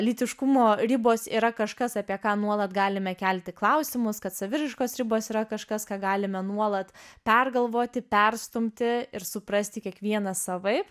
lytiškumo ribos yra kažkas apie ką nuolat galime kelti klausimus kad saviraiškos ribos yra kažkas ką galime nuolat pergalvoti perstumti ir suprasti kiekvienas savaip